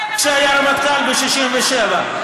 כשהיה רמטכ"ל ב-67'.